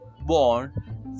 born